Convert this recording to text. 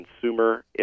consumer